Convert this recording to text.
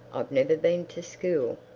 i've never been to school.